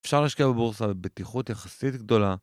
אפשר להשקיע בבורסה בבטיחות יחסית גדולה